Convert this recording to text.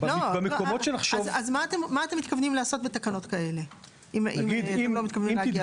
מה אתם מתכוונים לעשות בתקנות כאלה אם לא מתכוונים להגיע?